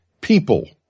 people